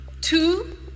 Two